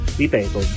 ripeto